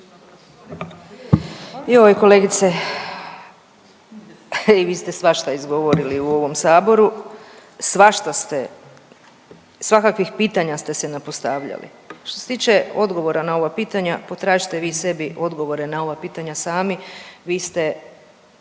Joj kolegice i vi ste svašta izgovorili u ovom saboru, svašta ste, svakakvih pitanja ste se napostavljali. Što se tiče odgovora na ova pitanja potražite vi sebi odgovore na ova pitanja sami, vi ste